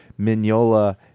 Mignola